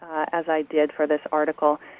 as i did for this article,